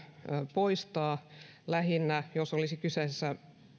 poistaa lähinnä jos olisi kyseessä